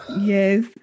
Yes